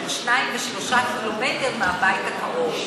של שניים ושלושה ק"מ מהבית הקרוב,